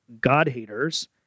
God-haters